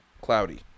cloudy